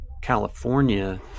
California